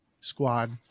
squad